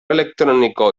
electrónico